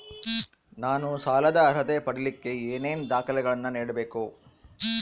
ನಾನು ಸಾಲದ ಅರ್ಹತೆ ಪಡಿಲಿಕ್ಕೆ ಏನೇನು ದಾಖಲೆಗಳನ್ನ ನೇಡಬೇಕು?